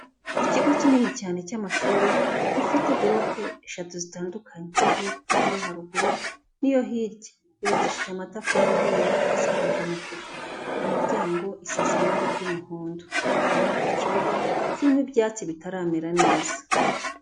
Ikigo kinini cyane cy'amashuri gifite boroke eshatu zitandukanye, iyo hepfo, iyo haruguru n'iyo hirya, yubakishije amatafari ahiye, isakaje amategura, imiryango isize irangi ry'umuhondo, harimo ikibuga kirimo ibyatsi bitaramera neza.